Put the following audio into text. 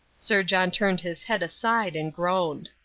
sir john turned his head aside and groaned.